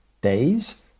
days